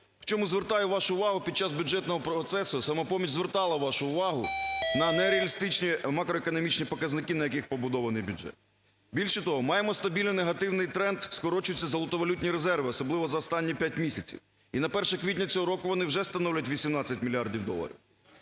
В чому звертаю вашу увагу, під час бюджетного процесу "Самопоміч" звертала вашу увагу на нереалістичні макроекономічні показники, на яких побудований бюджет. Більше того, маємо стабільний негативний тренд, скорочуються золотовалютні резерви, особливо за останні 5 місяців, і на 1 квітня цього року вони вже становлять 18 мільярдів доларів.